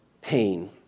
pain